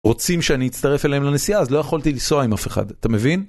רוצים שאני אצטרף אליהם לנסיעה, אז לא יכולתי לנסוע עם אף אחד, אתה מבין?